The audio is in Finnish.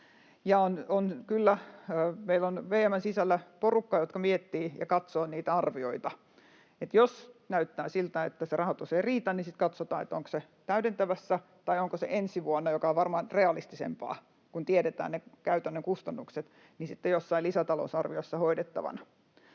meillä on VM:n sisällä porukka, joka miettii ja katsoo niitä arvioita, että jos näyttää siltä, että se rahoitus ei riitä, niin sitten katsotaan, onko se täydentävässä budjetissa tai onko se ensi vuonna — mikä on varmaan realistisempaa, kun tiedetään ne käytännön kustannukset — sitten jossain lisätalousarviossa hoidettavana.